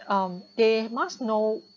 um they must know